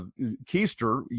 Keister